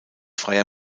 freier